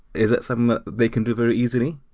is that something that they can do very easily?